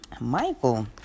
Michael